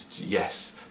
yes